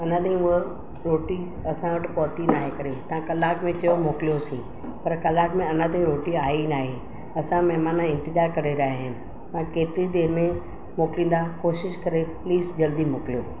अञा ताईं उहा रोटी असां वटि पहुती नाहे करे असां कलाक में चयो मोकिलिओसीं पर कलाक में अञा ताईं रोटी आई नाहे असांजा महिमान इंतज़ारु करे रहिया आहिनि उ केतिरी देरि में मोकिलींदा कोशिशि करे प्लिस जल्दी मोकिलियो